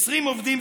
20 עובדים,